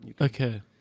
Okay